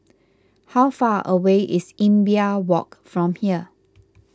how far away is Imbiah Walk from here